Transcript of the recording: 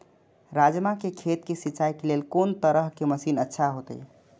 राजमा के खेत के सिंचाई के लेल कोन तरह के मशीन अच्छा होते?